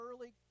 early